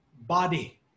body